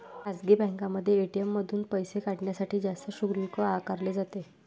खासगी बँकांमध्ये ए.टी.एम मधून पैसे काढण्यासाठी जास्त शुल्क आकारले जाते